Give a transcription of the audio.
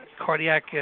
cardiac